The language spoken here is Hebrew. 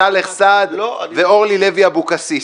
סאלח סעד ואורלי לוי-אבקסיס.